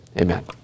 Amen